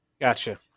Gotcha